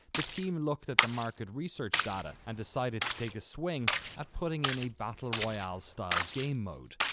the team looked at the market research data and decided to take a swing at putting in a battle royale-style game mode.